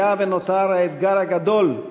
היה ונותר האתגר הגדול,